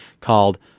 called